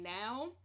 now